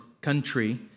country